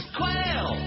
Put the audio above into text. quail